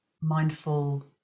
mindful